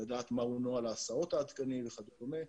מהו נוהל ההסעות העדכני וכדומה.